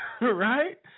Right